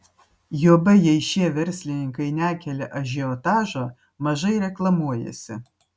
juoba jei šie verslininkai nekelia ažiotažo mažai reklamuojasi